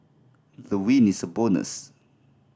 the win is a bonus